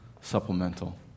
Supplemental